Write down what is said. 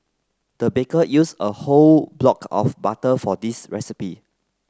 the baker used a whole block of butter for this recipe